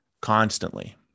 constantly